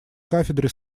кафедре